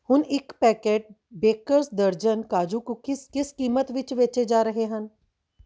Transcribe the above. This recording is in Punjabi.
ਹੁਣ ਇੱਕ ਪੈਕੇਟ ਬੇਕਰਜ਼ ਦਰਜਨ ਕਾਜੂ ਕੂਕੀਜ਼ ਕਿਸ ਕੀਮਤ ਵਿੱਚ ਵੇਚੇ ਜਾ ਰਹੇ ਹਨ